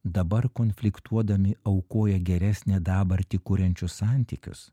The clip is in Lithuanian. dabar konfliktuodami aukoja geresnę dabartį kuriančius santykius